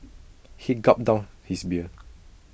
he gulped down his beer